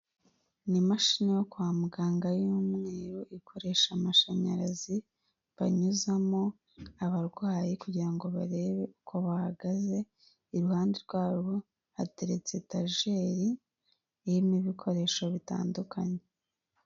Ni imashini yo kwa muganga y'umweru ikoresha amashanyarazi, banyuzamo abarwayi kugira ngo barebe uko bahagaze, iruhande rwabo hateretse etajeri irimo ibikoresho bitandukanye.